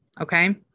okay